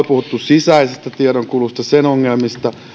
puhuttu sisäisestä tiedonkulusta ja sen ongelmista